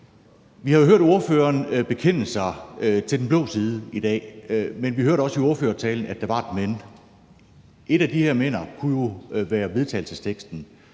Vi har jo hørt ordføreren bekende sig til den blå side i dag, men vi hørte også i ordførertalen, at der var et men. Et af de her men'er kunne jo være vedtagelsesteksten.